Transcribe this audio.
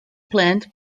plant